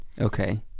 Okay